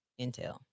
Intel